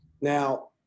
Now